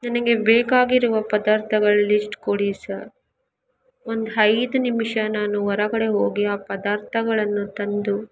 ನನಗೆ ಬೇಕಾಗಿರುವ ಪದಾರ್ಥಗಳ ಲಿಸ್ಟ್ ಕೊಡಿ ಸರ್ ಒಂದು ಐದು ನಿಮಿಷ ನಾನು ಹೊರಗಡೆ ಹೋಗಿ ಆ ಪದಾರ್ಥಗಳನ್ನು ತಂದು